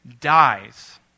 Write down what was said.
dies